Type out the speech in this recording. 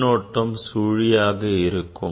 மின்னூட்டம் சுழியாக இருக்கும்